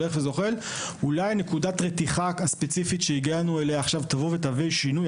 אולי נקודת הרתיחה הספציפית שהגענו אליה עכשיו תוביל לשינוי.